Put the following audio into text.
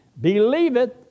believeth